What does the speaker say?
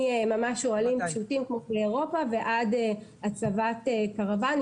ממש אוהלים פשוטים כמו כל אירופה ועד הצבת קרוואנים,